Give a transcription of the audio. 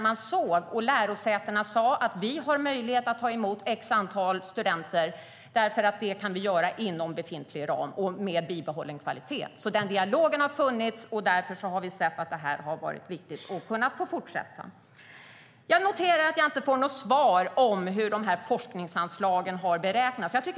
Man såg, och lärosätena sa, att de hade möjlighet att ta emot ett visst antal studenter inom befintlig ram och med bibehållen kvalitet. Den dialogen har alltså funnits. Det har därför varit fortsatt viktigt och har kunnat fortsätta. Jag noterar att jag inte får svar på hur forskningsanslagen har beräknats.